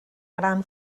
gran